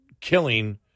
killing